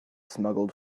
smuggled